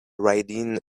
riding